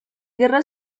guerra